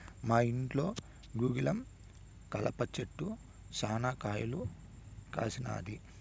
మా ఇంట్లో గుగ్గిలం కలప చెట్టు శనా కాయలు కాసినాది